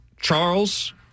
Charles